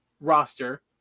roster